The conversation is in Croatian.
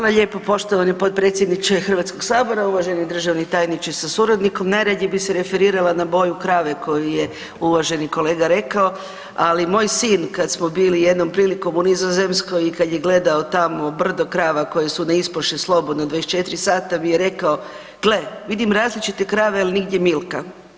Hvala lijepo poštovani potpredsjedniče HS-a, uvaženi državni tajniče sa suradnikom, najranije bi se referirala na boju krave koju je uvaženi kolega rekao, ali moj sin kad smo bili jednom prilikom u Nizozemskoj i kad je gledao tamo brdo krava koje su na ispaši slobodno 24 sata, mi je rekao, gle, vidim različite krave, ali nigdje Milka.